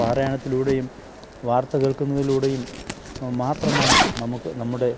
പാരായണത്തിലൂടെയും വാര്ത്ത കേള്ക്കുന്നതിലൂടെയും മാത്രമാണ് നമുക്ക് നമ്മുടെ